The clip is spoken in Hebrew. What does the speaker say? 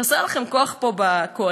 חסר לכם כוח פה בקואליציה?